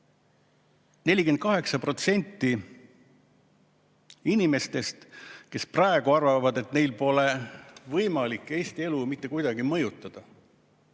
48% inimestest praegu arvavad, et neil pole võimalik Eesti elu mitte kuidagi mõjutada.